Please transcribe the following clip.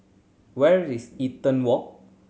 where is Eaton Walk